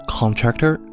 contractor